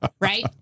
right